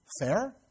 Fair